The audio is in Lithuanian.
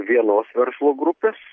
vienos verslo grupės